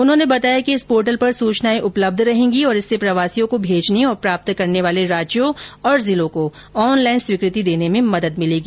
उन्होंने बताया कि इस पोर्टल पर सूचनाए उपलब्ध रहेंगी और इससे प्रवासियों को भेजने और प्राप्त करने वाले राज्यों और जिलों को ऑनलाइन स्वीकृति देने में मदद मिलेगी